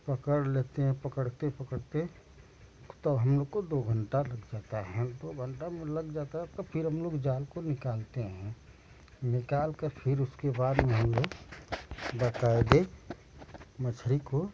पकड़ लेते हैं पकड़ते पकड़ते तो हम लोग को दो घंटा लग जाता हैं तो दो घंटा लग जाता फिर हम लोग जाल को निकालते हैं निकाल कर फिर उसके बाद में हम लोग बकायदे मछ्ली को